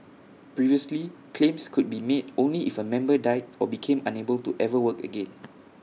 previously claims could be made only if A member died or became unable to ever work again